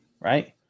right